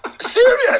Serious